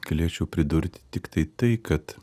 galėčiau pridurti tiktai tai kad